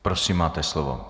Prosím, máte slovo.